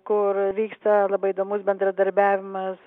kur vyksta labai įdomus bendradarbiavimas